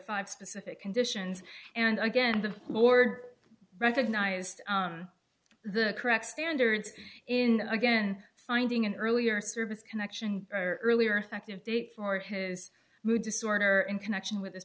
five specific conditions and again the lord recognized the correct standards in again finding an earlier service connection or earlier affective date for his mood disorder in connection with this